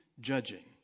judging